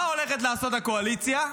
מה הולכת לעשות הקואליציה?